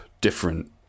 different